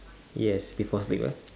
yes before sleep right